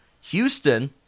Houston